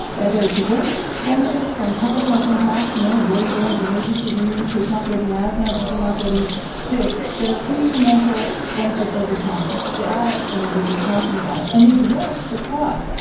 now, there are direct benefits from public health impacts you know, avoiding going to the emergency room, kids not getting asthma, people not getting sick that are incremental benefits over time, that add up the numbers you're talking about. and they dwarf the costs.